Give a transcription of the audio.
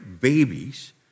babies